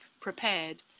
prepared